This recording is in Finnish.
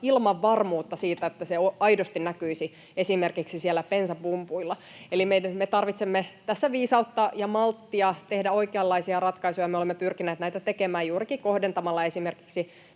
ilman varmuutta siitä, että se aidosti näkyisi esimerkiksi siellä bensapumpuilla. Eli me tarvitsemme tässä viisautta ja malttia tehdä oikeanlaisia ratkaisuja, ja me olemme pyrkineet näitä tekemään, juurikin esimerkiksi